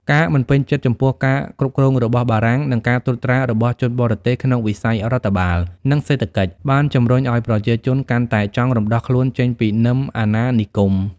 ការមិនពេញចិត្តចំពោះការគ្រប់គ្រងរបស់បារាំង និងការត្រួតត្រារបស់ជនបរទេសក្នុងវិស័យរដ្ឋបាល និងសេដ្ឋកិច្ច បានជំរុញឱ្យប្រជាជនកាន់តែចង់រំដោះខ្លួនចេញពីនឹមអាណានិគម។